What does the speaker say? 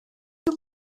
beth